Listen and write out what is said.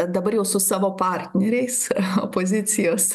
dabar jau su savo partneriais opozicijos